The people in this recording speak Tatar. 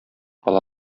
ала